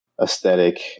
aesthetic